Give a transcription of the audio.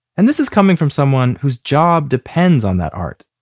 and this is coming from someone whose job depends on that art